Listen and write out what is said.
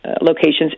locations